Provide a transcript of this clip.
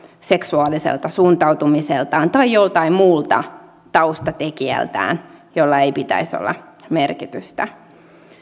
seksuaaliselta suuntautumiseltaan tai joltain muulta taustatekijältään jolla ei pitäisi olla merkitystä